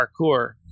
parkour